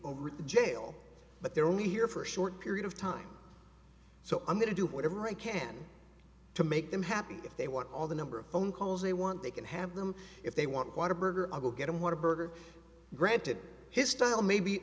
over jail but they're only here for a short period of time so i'm going to do whatever i can to make them happy if they want all the number of phone calls they want they can have them if they want water burger i will get him what a burger granted his style may be